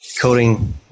coding